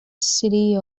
city